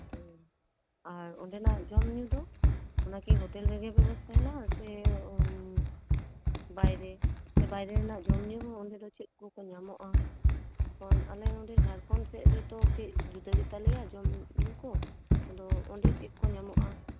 ᱦᱩᱸ ᱟᱨ ᱚᱸᱰᱮᱱᱟᱜ ᱡᱚᱢᱼᱧᱩ ᱫᱚ ᱚᱱᱟᱠᱤ ᱦᱳᱴᱮᱞ ᱨᱮᱜᱮ ᱵᱮᱵᱚᱥᱛᱟ ᱦᱮᱱᱟᱜᱼᱟ ᱥᱮ ᱵᱟᱭᱨᱮ ᱥᱮ ᱵᱟᱭᱨᱮ ᱨᱮᱱᱟᱜ ᱡᱚᱢᱼᱧᱩ ᱦᱚᱸ ᱚᱸᱰᱮ ᱫᱚ ᱪᱮᱫ ᱠᱚᱠᱚ ᱧᱟᱢᱚᱜᱼᱟ ᱮᱠᱷᱚᱱ ᱟᱞᱮ ᱱᱚᱸᱰᱮ ᱡᱷᱟᱲᱠᱷᱚᱱᱰ ᱥᱮᱫ ᱨᱮᱫᱚ ᱠᱟᱹᱡ ᱡᱩᱫᱟᱹ ᱜᱮᱛᱟᱞᱮᱭᱟ ᱡᱚᱢᱼᱧᱩ ᱠᱚ ᱟᱫᱚ ᱚᱸᱰᱮ ᱪᱮᱫ ᱠᱚ ᱧᱟᱢᱚᱜᱼᱟ